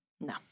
no